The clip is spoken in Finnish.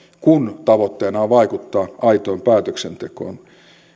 kun tavoitteena on vaikuttaa aitoon päätöksentekoon